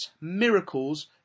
miracles